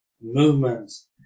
movements